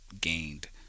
gained